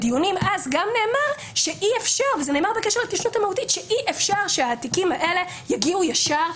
נאמר שאי אפשר שהתיקים האלה יגיעו ישר,